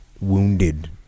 wounded